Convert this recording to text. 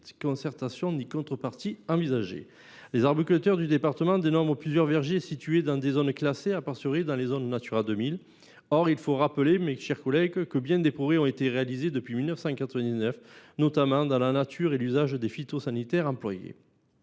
concertation ni contrepartie soient envisagées. Les arboriculteurs du département dénombrent plusieurs vergers situés dans des zones classées dans les zones Natura 2000. Or il faut rappeler, mes chers collègues, que bien des progrès ont été réalisés depuis 1999, notamment dans la nature et l’usage des phytosanitaires employés.